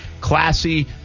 Classy